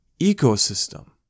ecosystem